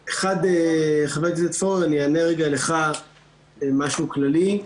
אחד, חבר הכנסת פורר, אני אענה לך משהו כללי.